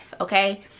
okay